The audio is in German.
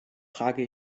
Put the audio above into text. trage